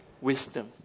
wisdom